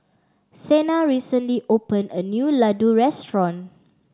Sena recently opened a new Ladoo Restaurant